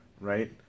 right